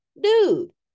dude